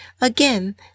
Again